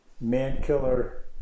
man-killer